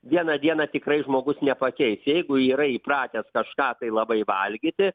vieną dieną tikrai žmogus nepakeis jeigu yra įpratęs kažką tai labai valgyti